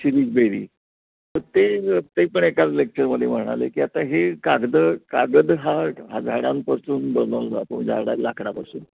शिरीष बेरी तं ते पण एका लेक्चरमध्ये म्हणाले की आता हे कागदं कागद हा हा झाडांपासून बनवला जातो झाडाच्या लाकडापासून